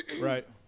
Right